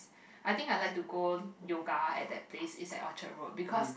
I think I like to go yoga at that place is at Orchard-Road because